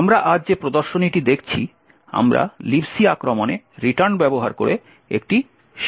আমরা আজ যে প্রদর্শনীটি দেখছি আমরা Libc আক্রমণে রিটার্ন ব্যবহার করে একটি শেল তৈরি করব